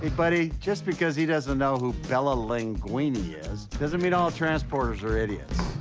buddy, just because he doesn't know who bela linguine is, doesn't mean all transporters are idiots.